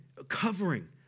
covering